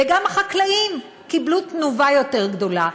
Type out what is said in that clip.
וגם החקלאים קיבלו תנובה יותר גדולה.